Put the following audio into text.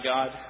God